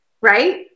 right